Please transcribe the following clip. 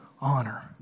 honor